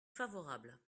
favorable